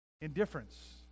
indifference